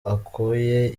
okoye